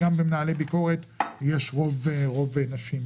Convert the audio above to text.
גם במנהלי ביקורת יש רוב נשי.